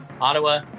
Ottawa